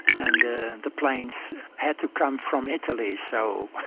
and the the planes had to come from italy, so